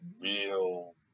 real